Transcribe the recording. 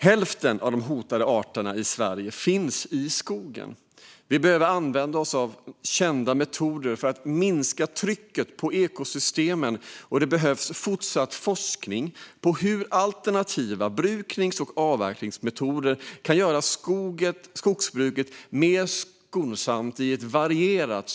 Hälften av de hotade arterna i Sverige finns i skogen. Vi behöver använda oss av kända metoder för att minska trycket på ekosystemen, och det behövs fortsatt forskning på hur alternativa bruknings och avverkningsmetoder kan göra skogsbruket mer skonsamt och varierat.